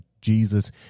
Jesus